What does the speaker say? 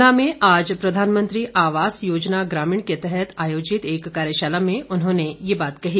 ऊना में आज प्रधानमंत्री आवास योजना ग्रामीण के तहत आयोजित एक कार्यशाला में उन्होंने ये बात कही